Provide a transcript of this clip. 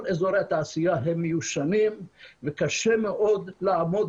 כל אזורי התעשייה הם מיושנים וקשה מאוד לעמוד